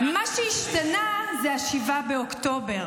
מה שהשתנה זה 7 באוקטובר.